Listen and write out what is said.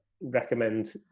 recommend